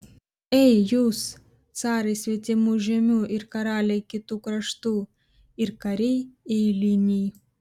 ei jūs carai svetimų žemių ir karaliai kitų kraštų ir kariai eiliniai